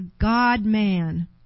God-man